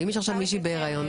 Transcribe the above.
אם יש עכשיו מישהי כזאת בהריון?